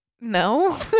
No